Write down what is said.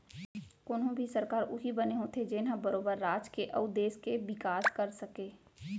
कोनो भी सरकार उही बने होथे जेनहा बरोबर राज के अउ देस के बिकास कर सकय